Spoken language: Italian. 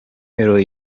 ero